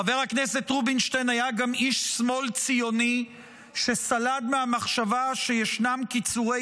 חבר הכנסת רובינשטיין היה גם איש שמאל ציוני שסלד מהמחשבה שישנם קיצורי